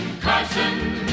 Carson